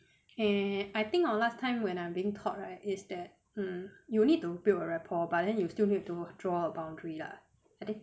eh I think our last time when I'm being taught right is that you'll need to build a rapport but then you still need to draw a boundary lah